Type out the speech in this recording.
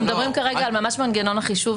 אנחנו מדברים כרגע על מנגנון החישוב